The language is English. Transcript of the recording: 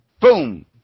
Boom